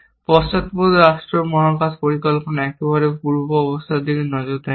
পশ্চাৎপদ রাষ্ট্র মহাকাশ পরিকল্পনা একেবারে পূর্ব অবস্থার দিকে নজর দেয় না